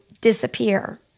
disappear